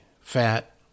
fat